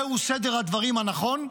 זהו סדר הדברים הנכון.